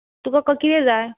तुका कसली जाय